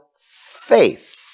faith